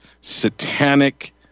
satanic